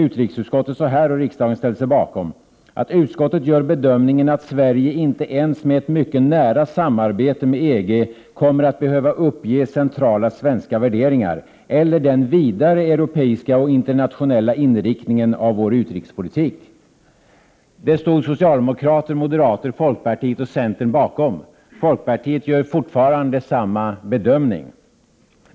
Utrikesutskottet uttalade följande som riksdagen ställde sig bakom: = 1februari 1989 ”Utskottet gör bedömningen att Sverige inte ens med ett mycket nära samarbete med EG kommer att behöva uppge centrala svenska värderingar eller den vidare europeiska och internationella inriktningen av vår utrikespolitik.” Detta stod socialdemokraterna, moderaterna, folkpartiet och centern bakom. Folkpartiet gör fortfarande samma bedömning.